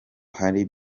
hari